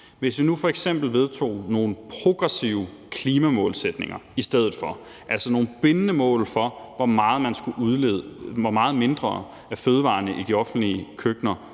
Hvis vi nu f.eks. vedtog nogle progressive klimamålsætninger i stedet for – altså nogle bindende mål for, hvor meget mindre fødevarerne i de offentlige køkkener